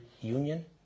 union